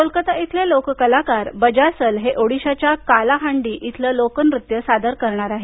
कोलकाता इथले लोक कलाकार बजासल हे ओडिशाच्या कालाहांडी इथलं लोकनृत्य सादर करणार आहेत